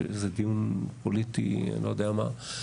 שזה דיון פוליטי, אני לא יודע מה.